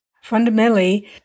Fundamentally